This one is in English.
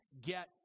get